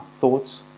thoughts